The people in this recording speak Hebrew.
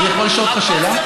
רבותיי,